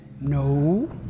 No